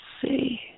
see